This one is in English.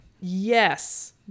Yes